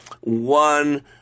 one